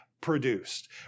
produced